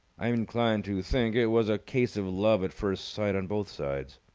i am inclined to think it was a case of love at first sight on both sides.